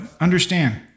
understand